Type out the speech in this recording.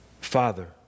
Father